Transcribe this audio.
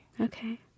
Okay